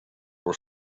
were